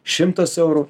šimtas eurų